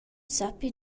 sappi